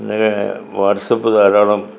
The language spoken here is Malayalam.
പിന്നെ വാട്സാപ്പ് ധാരാളം